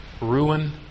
ruin